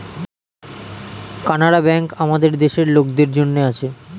Canara bank আমাদের দেশের লোকদের জন্যে আছে